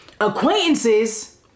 Acquaintances